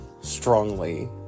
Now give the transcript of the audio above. strongly